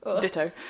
Ditto